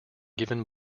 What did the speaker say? given